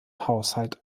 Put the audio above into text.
haushalt